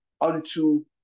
unto